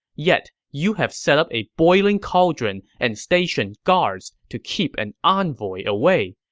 yet you have set up a boiling cauldron and stationed guards to keep an envoy away.